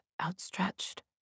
outstretched